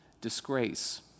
disgrace